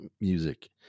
music